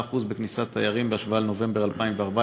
כ-5% בכניסת תיירים בהשוואה לנובמבר 2014,